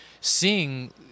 seeing